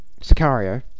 Sicario